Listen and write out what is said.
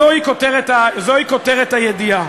זו כותרת הידיעה: